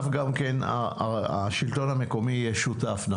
אני מניח שהשלטון המקומי יהיה שותף גם כן,